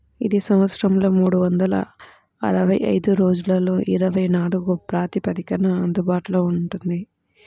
ఇది సంవత్సరంలో మూడు వందల అరవై ఐదు రోజులలో ఇరవై నాలుగు ప్రాతిపదికన అందుబాటులో ఉంటుంది